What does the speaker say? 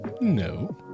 No